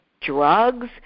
drugs